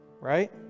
Right